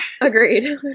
agreed